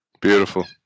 Beautiful